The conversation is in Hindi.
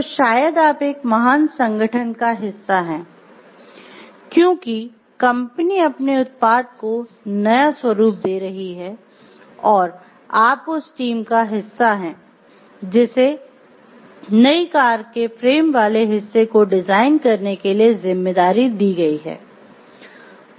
तो शायद आप एक महान संगठन का हिस्सा हैं क्योंकि कंपनी अपने उत्पाद को नया स्वरूप दे रही है और आप उस टीम का एक हिस्सा हैं जिसे नई कार के फ्रेम वाले हिस्से को डिजाइन करने के लिए जिम्मेदारी दी गई है